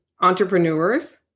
entrepreneurs